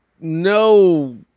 no